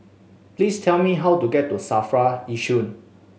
please tell me how to get to SAFRA Yishun